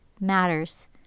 matters